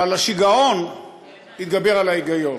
אבל השיגעון התגבר על ההיגיון,